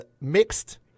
mixed